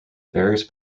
various